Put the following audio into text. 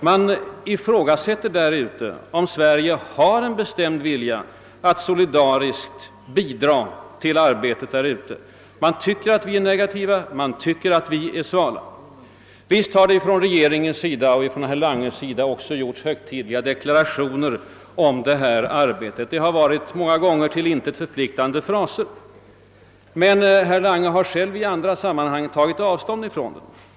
Det ifrågasätts där om Sverige har någon bestämd vilja att solidariskt bidraga till europasamarbetet. Man anser att Sveriges inställning är negativ och sval. Visst har både regeringen och herr Lange gjort högtidliga deklarationer, men många gånger har det varit till intet förpliktande fraser. Herr Lange har själv i andra sammanhang sedan i praktiken tagit avstånd från dem.